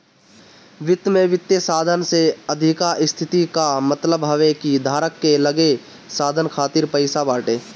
वित्त में वित्तीय साधन के अधिका स्थिति कअ मतलब हवे कि धारक के लगे साधन खातिर पईसा बाटे